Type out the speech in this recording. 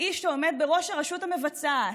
האיש שעומד בראש הרשות המבצעת,